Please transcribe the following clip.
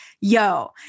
Yo